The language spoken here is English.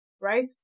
right